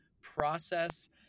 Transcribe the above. process